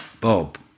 bob